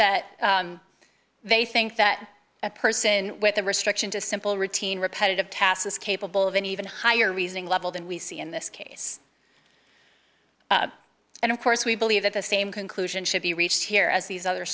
that they think that a person with a restriction to simple routine repetitive tasks is capable of an even higher reasoning level than we see in this case and of course we believe that the same conclusion should be reached here as these other